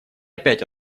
опять